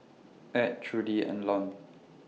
Ed Trudie and Lon